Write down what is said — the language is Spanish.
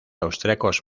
austríacos